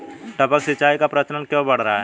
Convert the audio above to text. टपक सिंचाई का प्रचलन क्यों बढ़ रहा है?